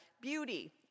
beauty